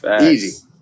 Easy